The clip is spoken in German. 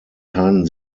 keinen